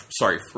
sorry